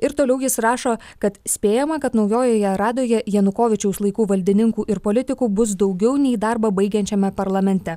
ir toliau jis rašo kad spėjama kad naujojoje radoje janukovyčiaus laikų valdininkų ir politikų bus daugiau nei darbą baigiančiame parlamente